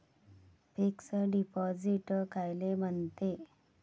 Fix deposit कायले म्हनते?